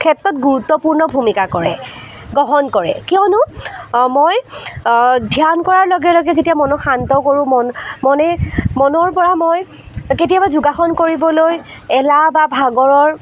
ক্ষেত্ৰত গুৰুত্বপূৰ্ণ ভুমিকা কৰে গ্ৰহণ কৰে কিয়নো মই ধ্যান কৰাৰ লগে লগে যেতিয়া মনক শান্ত কৰোঁ মনে মনৰপৰা মই কেতিয়াবা যোগাসন কৰিবলৈ এলাহ বা ভাগৰৰ